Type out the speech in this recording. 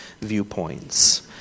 viewpoints